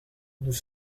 nous